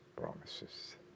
promises